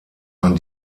man